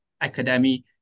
Academy